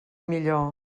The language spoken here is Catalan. millor